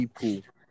people